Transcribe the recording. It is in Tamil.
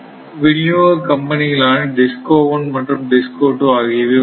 விநியோக கம்பெனிகள் ஆன DISCO 1 மற்றும் DISCO 2 ஆகியவை உள்ளன